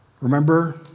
Remember